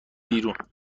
بیرون